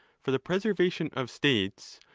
for the preservation of states,